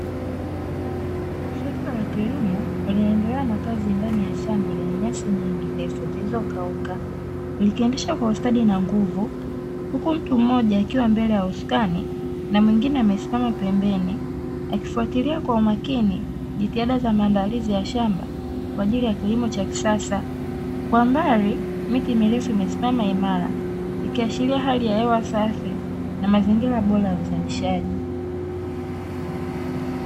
Trekta la kilimo, linaendelea na kazi ndani ya shamba likiwa na nyasi nyingi ndefu zilizokauka, likiendesha kwa ustadi na nguvu, huku mtu mmoja akiwa mbele ya usukani na mwingine pembeni akifuatilia kwa umakini jitihada za maandalizi ya shamba la kilimo cha kisasa, kwa mbali miti mirefu imesimama imara, ikiashiria hali ya hewa safi na mazingira bora ya uzalishaji.